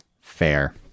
Fair